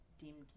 deemed